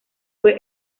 fue